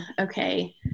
Okay